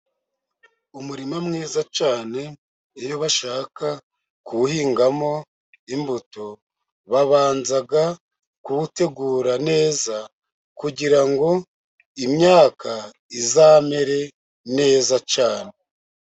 Umurima mwiza cyane, iyo bashaka kuwuhingamo imbuto, babanza kuwutegura neza, kugira ngo imyaka izamere neza cyane.